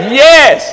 yes